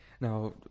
Now